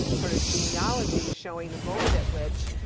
sort of genealogy showing the moment at which,